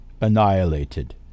annihilated